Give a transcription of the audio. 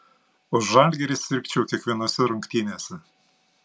už žalgirį sirgčiau kiekvienose rungtynėse